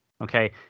Okay